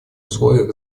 условиях